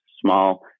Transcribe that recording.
small